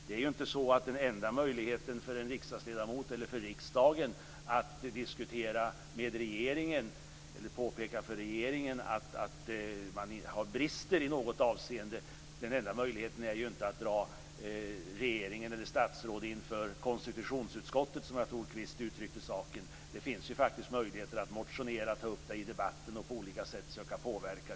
Det är ju inte så att den enda möjligheten för en riksdagsledamot eller för riksdagen att diskutera med regeringen eller påpeka för regeringen att det brister i något avseende är att dra regering eller statsråd inför konstitutionsutskottet, som jag tror att Kvist uttryckte saken. Det finns ju faktiskt möjligheter att motionera, ta upp det i debatten och på olika sätt försöka påverka.